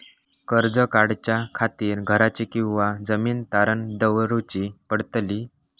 कर्ज काढच्या खातीर घराची किंवा जमीन तारण दवरूची पडतली?